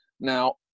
now